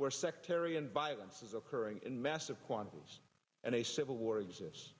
where sectarian violence is occurring in massive quantities and a civil war exists